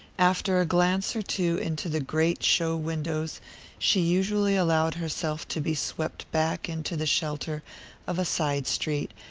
after a glance or two into the great show-windows she usually allowed herself to be swept back into the shelter of a side-street,